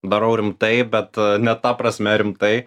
darau rimtai bet ne ta prasme rimtai